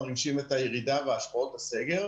מרגישים את הירידה וההשפעות בסגר.